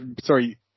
sorry –